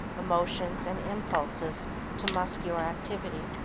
emotions and impulses to muscular activity.